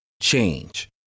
change